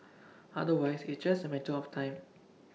otherwise it's just A matter of time